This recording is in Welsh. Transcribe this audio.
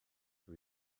dydw